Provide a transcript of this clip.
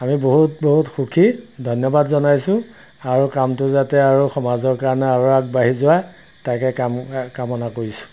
আমি বহুত বহুত সুখী ধন্যবাদ জনাইছোঁ আৰু কামটো যাতে আৰু সমাজৰ কাৰণে আৰু আগবাঢ়ি যোৱা তাকে কাম কামনা কৰিছোঁ